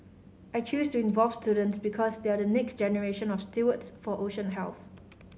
I chose to involve students because they are the next generation of stewards for ocean health